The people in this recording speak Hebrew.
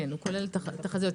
כולל תחזיות.